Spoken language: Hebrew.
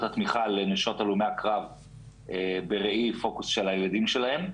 התמיכה לנשות הלומי הקרב בראי פוקוס של הילדים שלהן.